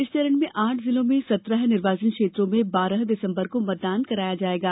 इस चरण में आठ जिलों में सत्रह निर्वाचन क्षेत्रों में बारह दिसम्बर को मतदान कराया जाएगा